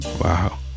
Wow